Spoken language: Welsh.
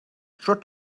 sut